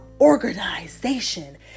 organization